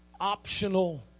optional